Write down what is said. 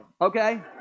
okay